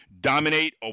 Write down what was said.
Dominate